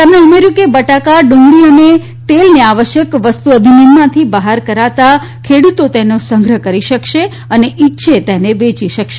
તેમણે ઉમેર્યુ કે બટાકા ડુંગળી અને તેલને આવશ્યક વસ્તુ અધિનિયમમાંથી બહાર કરાતા ખેડુતો તેનો સંગ્રહ કરી શકશે અને ઇચ્છે તેને વેચી શકશે